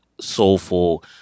soulful